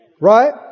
Right